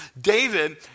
David